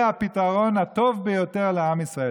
זה הפתרון הטוב ביותר לעם ישראל.